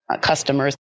customers